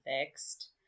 fixed